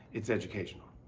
it's educational.